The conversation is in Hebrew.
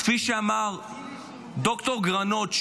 -- כפי שאמר ד"ר גרנות,